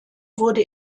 wurde